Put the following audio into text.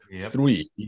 three